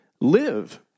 live